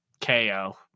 KO